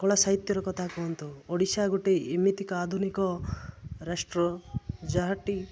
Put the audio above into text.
କଳା ସାହିତ୍ୟର କଥା କୁହନ୍ତୁ ଓଡ଼ିଶା ଗୋଟେ ଏମିତିକା ଆଧୁନିକ ରାଷ୍ଟ୍ର ଯାହାଟି